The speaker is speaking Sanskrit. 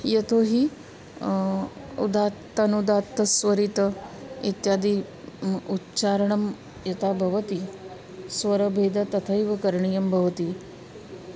यतो हि उदात्तानुदात्तस्वरितः इत्यादि उच्चारणं यथा भवति स्वरभेदः तथैव करणीयं भवति